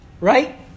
Right